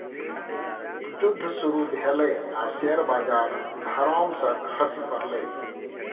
जुद्ध शुरू भेलै आ शेयर बजार धड़ाम सँ खसि पड़लै